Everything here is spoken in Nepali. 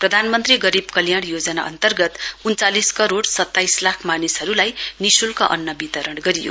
प्रधानमन्त्री गरीब कल्याण योजना अन्तर्गत उन्चालिस करोड़ सताइस लाख मानिसहरूलाई निशुल्क अन्न वितरण गरियो